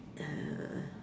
uh